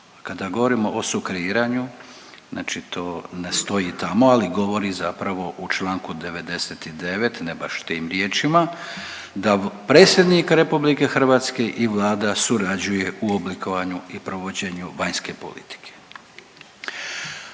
Kada govorimo o sukreiranju, znači to ne stoji tamo, ali govori zapravo u čl. 99, ne baš tim riječima, da Predsjednik RH i Vlada surađuju u oblikovanju i provođenju vanjske politike.